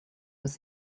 was